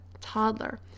toddler